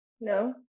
No